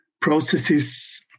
processes